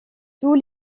tous